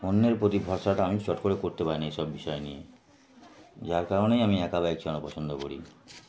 অন্যের প্রতি ভরসাটা আমি চট করে করতে পারাই নি এই সব বিষয় নিয়ে যার কারণেই আমি একা বাইক চালো পছন্দ করি